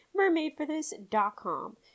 mermaidforthis.com